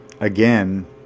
Again